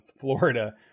Florida